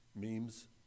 memes